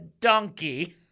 donkey